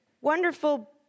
Wonderful